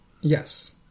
Yes